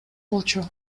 болчу